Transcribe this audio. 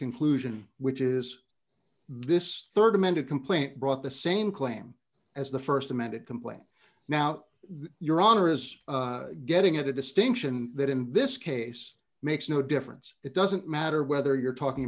conclusion which is this rd amended complaint brought the same claim as the st amended complaint now your honor is getting it a distinction that in this case makes no difference it doesn't matter whether you're talking